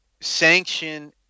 sanction